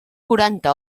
quaranta